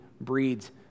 breeds